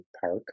Park